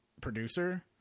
producer